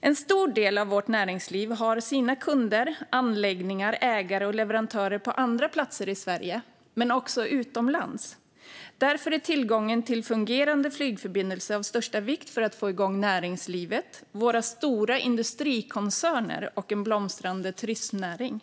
En stor del av vårt näringsliv har sina kunder, anläggningar, ägare och leverantörer på andra platser i Sverige men också utomlands. Därför är tillgången till fungerande flygförbindelser av största vikt för att få igång näringslivet, våra stora industrikoncerner och en blomstrande turismnäring.